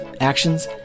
actions